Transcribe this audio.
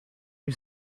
you